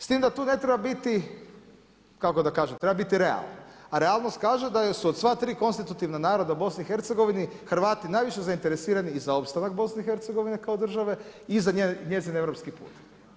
S tim da tu ne treba biti, kako da kažem, treba biti realan, a realnost kaže da su od sva tri konstitutivna naroda BiH Hrvati najviše zainteresirani i za opstanak Bih kao države i za njezine europski put.